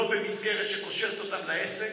לא במסגרת שקושרת אותם לעסק,